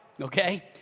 okay